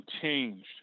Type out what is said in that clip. changed